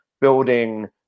building